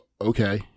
okay